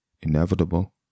inevitable